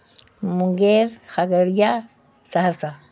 Munger Khagaria Saharsa